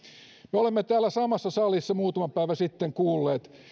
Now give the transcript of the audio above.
me olemme täällä samassa salissa muutama päivä sitten kuulleet